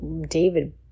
David